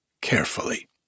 carefully